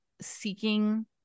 seeking